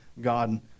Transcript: God